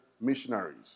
missionaries